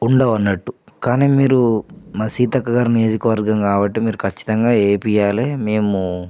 ఉండవు అన్నట్టు కానీ మీరు మా సీతక్క గారి నియోజకవర్గం కాబట్టి మీరు ఖచ్చితంగా వేయించాలి మేము